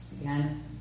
Again